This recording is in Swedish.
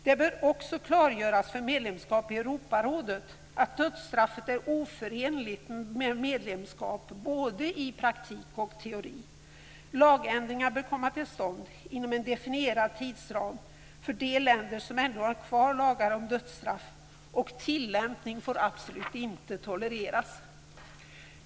Det bör också klargöras i fråga om medlemskap i Europarådet att dödsstraff är oförenligt med medlemskap både i praktik och teori. Lagändringar bör komma till stånd inom en definierad tidsram för de länder som ännu har kvar lagar om dödsstraff, och tillämpning får absolut inte tolereras.